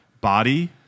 body